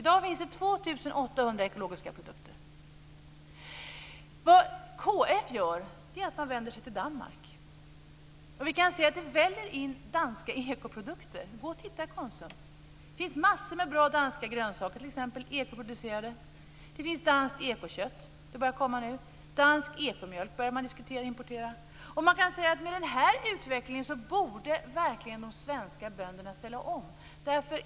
I dag finns det KF vänder sig till Danmark. Det väller in danska ekoprodukter. Gå och titta i Konsum! Det finns massor av bra danska grönsaker. Danskt ekokött börjar komma nu, och man har börjat diskutera att importera dansk ekomjölk. Med den här utvecklingen borde verkligen de svenska bönderna ställa om.